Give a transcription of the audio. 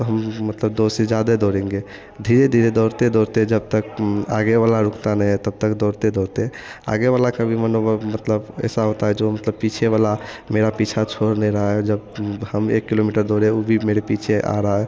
तो हम मतलब दो से ज़्यादा दौड़ेंगे धीरे धीरे दौड़ते दौड़ते जब तक आगे वाला रुकता नहीं है तब तक दौड़ते दौड़ते आगे वाला का भी मन होगा मतलब ऐसा होता है जो मतलब पीछे वाला मेरा पीछा छोड़ नहीं रहा है जब हम एक किलोमीटर दौड़ें उ भी मेरे पीछे आ रहा है